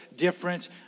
different